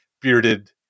bearded